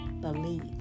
Believe